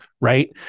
right